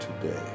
today